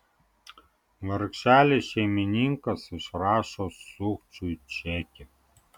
vargšelis šeimininkas išrašo sukčiui čekį